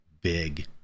big